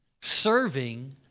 Serving